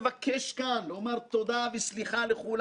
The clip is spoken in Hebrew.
שנוציא את הדוח הטוב ביותר מתחת ידינו.